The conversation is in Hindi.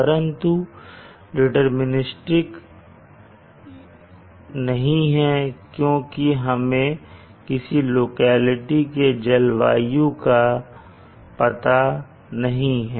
परंतु यह डिटर्मनिस्टिक नहीं है क्योंकि हमें किसी लोकेलिटी के जलवायु का पता नहीं है